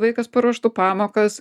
vaikas paruoštų pamokas